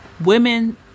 women